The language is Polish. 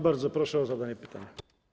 Bardzo proszę o zadanie pytania.